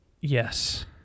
yes